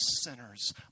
sinners